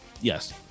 yes